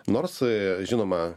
nors žinoma